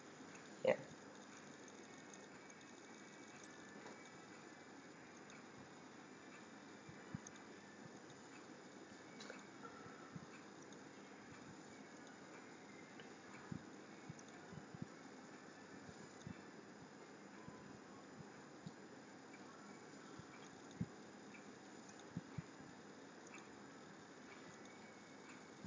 ya